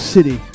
City